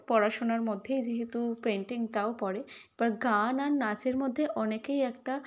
পড়াশোনার মধ্যেই যেহেতু পেন্টিংটাও পড়ে এবার গান আর নাচের মধ্যে অনেকেই একটা